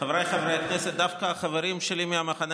איפה הם?